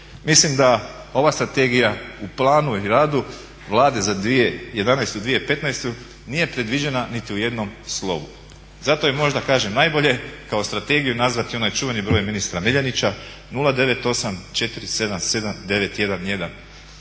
Mislim da ova strategija u planu i radu Vlade za 2011. i 2015. nije predviđena niti u jednom slovu. Zato je možda kažem najbolje kao strategiju nazvati onaj čuveni broj ministra Miljenića 098/477-911.